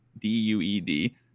D-U-E-D